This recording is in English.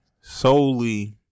solely